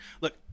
look